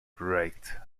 great